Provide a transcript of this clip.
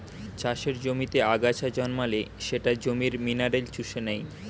চাষের জমিতে আগাছা জন্মালে সেটা জমির মিনারেল চুষে নেয়